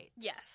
yes